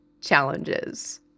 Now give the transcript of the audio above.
challenges